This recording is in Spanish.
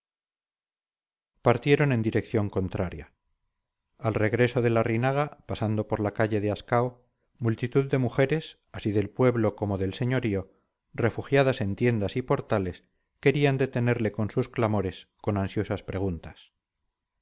partieron en dirección contraria al regreso de larrinaga pasando por la calle de ascao multitud de mujeres así del pueblo como del señorío refugiadas en tiendas y portales querían detenerle con sus clamores con ansiosas preguntas